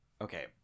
Okay